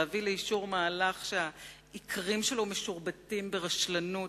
להביא לאישור מהלך שהעיקרים שלו משורבטים ברשלנות,